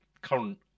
current